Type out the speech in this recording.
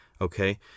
Okay